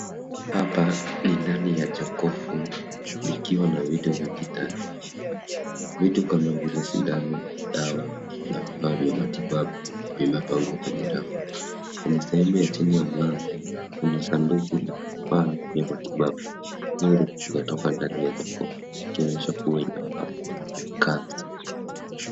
Hapa ni ndani ya jokovul ikiwa na vitu vingi ndani. Vitu kama vile sindano, dawa na vifaa vya matibabu vimepangwa kwenye rafu. Kwenye sehemu ya chini ya mlango kuna sanduku la vifaa vya matibabu ambalo limetoka ndani ya jokovu ikionyesha kuwa ni vifaa vya kazi.